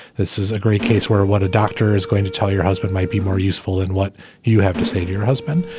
this is a great case where what a doctor is going to tell your husband might be more useful in what you have to say to your husband.